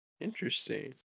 Interesting